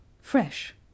Fresh